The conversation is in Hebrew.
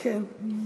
כן.